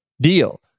deal